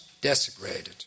desecrated